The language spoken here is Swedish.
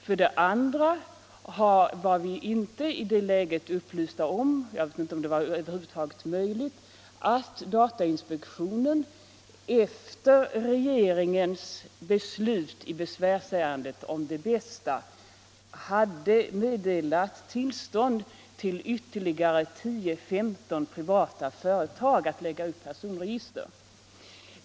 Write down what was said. För det andra var vi i det läget inte upplysta om — jag vet inte om det över huvud taget var möjligt — att datainspektionen efter regeringens beslut i besvärsärendet om Det Bästa hade meddelat tillstånd för ytterligare 10-15 privata företag att lägga ut personregister.